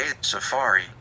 Safari